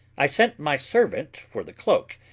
i sent my servant for the cloak,